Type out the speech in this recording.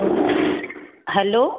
hello